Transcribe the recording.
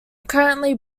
currently